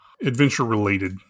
adventure-related